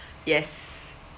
yes